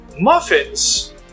Muffins